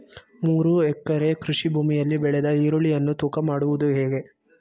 ಮೂರು ಎಕರೆ ಕೃಷಿ ಭೂಮಿಯಲ್ಲಿ ಬೆಳೆದ ಈರುಳ್ಳಿಯನ್ನು ತೂಕ ಮಾಡುವುದು ಹೇಗೆ?